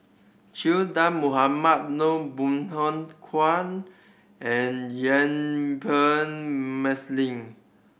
Che Dah Mohamed Noor Bong Hiong Hwa and Yuen Peng